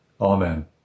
Amen